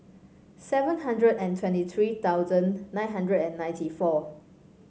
seven hundred and twenty three thousand nine hundred and ninety four